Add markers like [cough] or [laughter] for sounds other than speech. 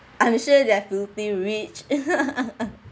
I'm sure they're filthy rich [laughs]